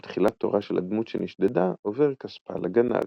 עם תחילת תורה של הדמות שנשדדה עובר כספה לגנב.